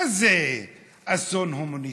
מה זה אסון הומניטרי?